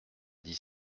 dix